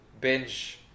binge